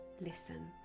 listen